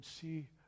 see